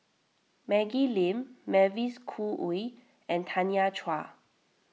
Maggie Lim Mavis Khoo Oei and Tanya Chua